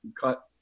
cut –